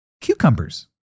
cucumbers